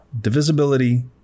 divisibility